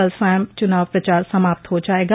कल सायं चुनाव प्रचार समाप्त हो जायेगा